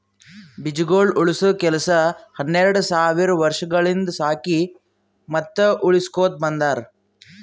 ಬೀಜಗೊಳ್ ಉಳುಸ ಕೆಲಸ ಹನೆರಡ್ ಸಾವಿರ್ ವರ್ಷಗೊಳಿಂದ್ ಸಾಕಿ ಮತ್ತ ಉಳುಸಕೊತ್ ಬಂದಾರ್